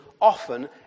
often